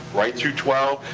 right through twelve.